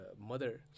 mother